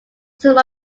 some